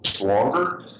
longer